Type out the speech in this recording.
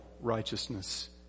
righteousness